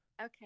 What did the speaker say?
Okay